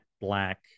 black